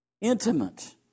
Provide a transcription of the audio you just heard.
intimate